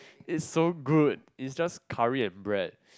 is so good it's just curry and bread